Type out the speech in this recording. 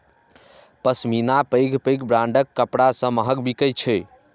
पश्मीना पैघ पैघ ब्रांडक कपड़ा सं महग बिकै छै